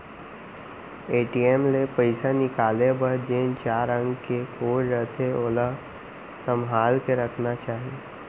ATM ले पइसा निकाले बर जेन चार अंक के कोड रथे ओला संभाल के रखना चाही